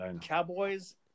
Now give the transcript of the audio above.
Cowboys